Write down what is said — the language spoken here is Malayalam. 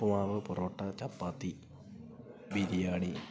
ഉപ്പുമാവ് പൊറോട്ട ചപ്പാത്തി ബിരിയാണി